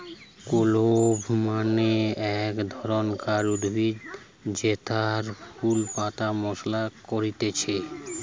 clove মানে এক ধরণকার উদ্ভিদ জেতার ফুল পাতা মশলা করতিছে